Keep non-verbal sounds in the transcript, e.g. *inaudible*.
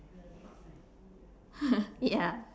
*laughs* yeah